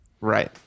Right